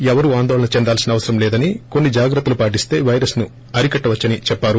ఎవరూ ఆందోళన చెందాల్సిన అవసరం లేదని కొన్పి జాగ్రత్తలు పాటిస్త వైరస్ను అరికట్టవచ్చని చెప్పారు